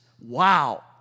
Wow